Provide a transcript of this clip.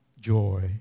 joy